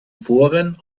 foren